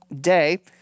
day